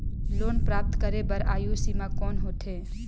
Loan प्राप्त करे बर आयु सीमा कौन होथे?